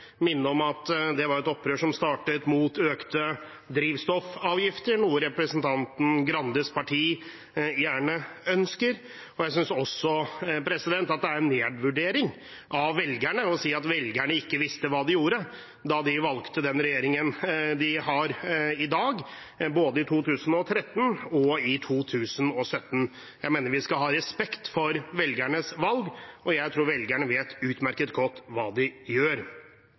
om at det var et opprør som startet mot økte drivstoffavgifter, noe representanten Grandes parti gjerne ønsker. Jeg synes også det er en nedvurdering av velgerne å si at velgerne ikke visste hva de gjorde da de valgte den regjeringen de har i dag, både i 2013 og i 2017. Jeg mener vi skal ha respekt for velgernes valg, og jeg tror velgerne vet utmerket godt hva de gjør.